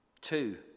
Two